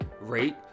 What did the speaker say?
rate